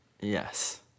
Yes